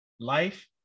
Life